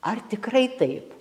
ar tikrai taip